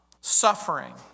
suffering